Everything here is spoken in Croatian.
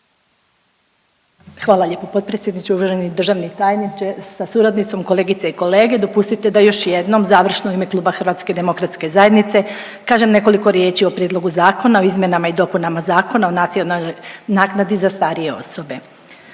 Hvala lijepo potpredsjedniče. Uvaženi državni tajniče sa suradnicom, kolegice i kolege, dopustite da još jednom završno u ime Kluba HDZ-a kažem nekoliko riječi o Prijedlogu zakona o izmjenama i dopunama Zakona o nacionalnoj naknadi za starije osobe.